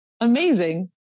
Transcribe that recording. Amazing